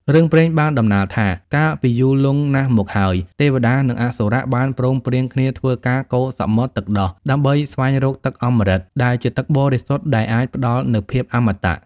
រឿងព្រេងបានតំណាលថា កាលពីយូរលង់ណាស់មកហើយ ទេវតា និងអសុរៈបានព្រមព្រៀងគ្នាធ្វើការកូរសមុទ្រទឹកដោះដើម្បីស្វែងរក ទឹកអម្រឹត ដែលជាទឹកបរិសុទ្ធដែលអាចផ្ដល់នូវភាពអមត។